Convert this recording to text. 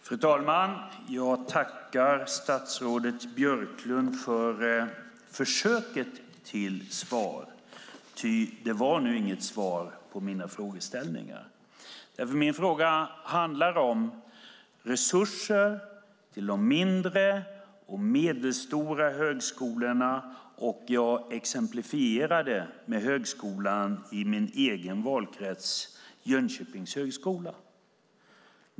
Fru talman! Jag tackar statsrådet Björklund för försöket till svar, ty det var nu inget svar på mina frågeställningar. Min fråga handlade om resurser till de mindre och medelstora högskolorna. Jag exemplifierade med högskolan i min egen valkrets, Jönköpings högskola.